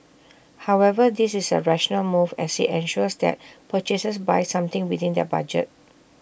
however this is A rational move as IT ensures that purchasers buy something within their budget